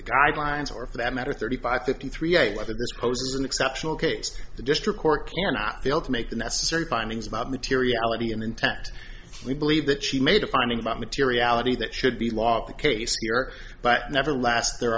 the guidelines or for that matter thirty five fifty three whether this poses an exceptional case the district court cannot fail to make the necessary findings about materiality an intact we believe that she made a finding about materiality that should be lost the case here but never last there